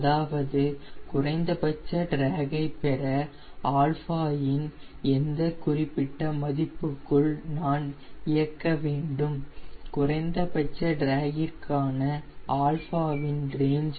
அதாவது குறைந்தபட்ச டிராகை பெற α இன் எந்த குறிப்பிட்ட மதிப்புக்குள் நான் இயக்க வேண்டும் குறைந்தபட்ச டிராகிற்கான α இன் ரேஞ்